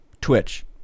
Twitch